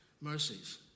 Mercies